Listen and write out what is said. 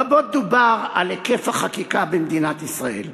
רבות דובר על היקף החקיקה במדינת ישראל.